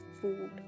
food